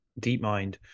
DeepMind